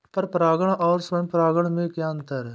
पर परागण और स्वयं परागण में क्या अंतर है?